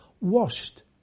washed